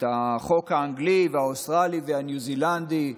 החוק האנגלי והאוסטרלי והניו זילנדי,